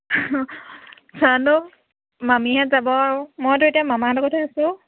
জানো মামীহঁত যাব আৰু মইতো এতিয়া মামাহঁতৰ ঘৰতহে আছোঁ